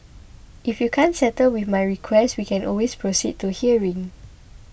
if you can't settle with my request we can always proceed to hearing